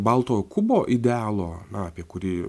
balto kubo idealo na apie kurį